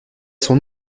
son